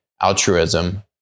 altruism